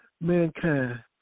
mankind